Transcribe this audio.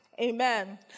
Amen